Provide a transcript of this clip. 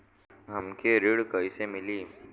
हमके ऋण कईसे मिली?